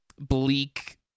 bleak